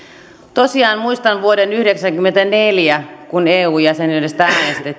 tosiaan muistan vuoden yhdeksänkymmentäneljä kun eu jäsenyydestä